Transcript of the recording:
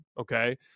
okay